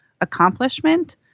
accomplishment